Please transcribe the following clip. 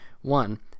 One